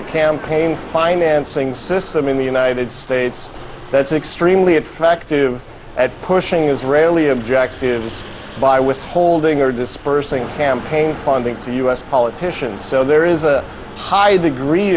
a campaign financing system in the united states that's extremely effective at pushing israeli objectives by withholding or dispersing campaign funding to u s politicians so there is a high degree